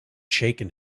shaken